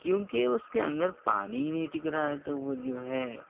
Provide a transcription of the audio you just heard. کیونکہ اس کے اندر پانی ہی نہیں ٹک رہا ہے تو وہ جو ہے